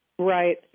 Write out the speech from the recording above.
Right